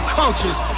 cultures